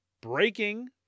breaking